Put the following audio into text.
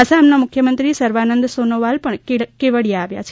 આસામ ના મુખ્યમંત્રી સરવાનંદ સોનોવાલ પણ કેવડીયા આવ્યા છે